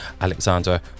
alexander